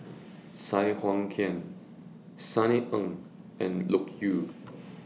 Sai Hua Kuan Sunny Ang and Loke Yew